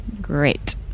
Great